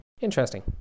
interesting